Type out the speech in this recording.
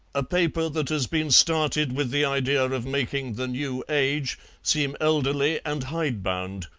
a paper that has been started with the idea of making the new age seem elderly and hidebound.